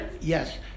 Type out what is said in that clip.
Yes